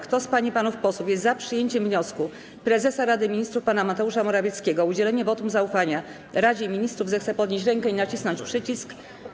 Kto z pań i panów posłów jest za przyjęciem wniosku prezesa Rady Ministrów pana Mateusza Morawieckiego o udzieleniem wotum zaufania Radzie Ministrów, zechce podnieść rękę i nacisnąć przycisk.